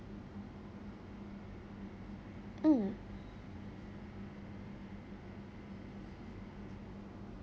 mm